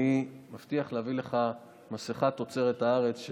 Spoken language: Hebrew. אני מבטיח להביא לך מסכה תוצרת הארץ,